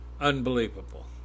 unbelievable